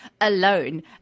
alone